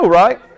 right